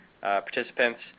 participants